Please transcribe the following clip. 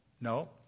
No